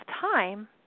time